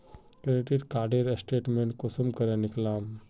Credit कार्डेर statement कुंसम करे निकलाम?